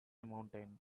mountain